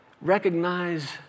recognize